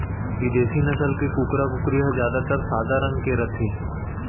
बिदेसी नसल के कुकरा, कुकरी ह जादातर सादा रंग के रथे